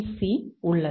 C உள்ளது